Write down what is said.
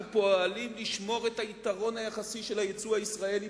אנחנו פועלים לשמור את היתרון היחסי של היצוא הישראלי